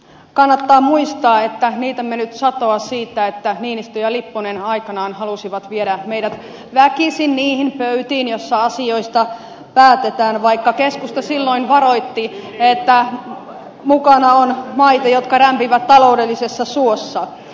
kannattaa muistaa että niitämme nyt satoa siitä että niinistö ja lipponen aikanaan halusivat viedä meidät väkisin niihin pöytiin joissa asioista päätetään vaikka keskusta silloin varoitti että mukana on maita jotka rämpivät taloudellisessa suossa